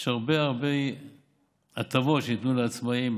יש הרבה הרבה הטבות שנותנים לעצמאים,